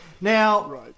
Now